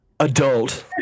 Adult